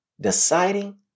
Deciding